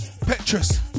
Petrus